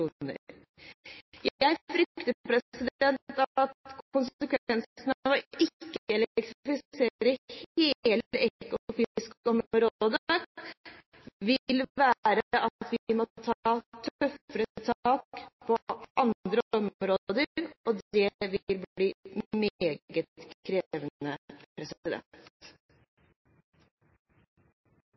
Jeg frykter at konsekvensene ved ikke å elektrifisere hele Ekofisk-området vil være at vi må ta tøffere tak på andre områder, og det vil bli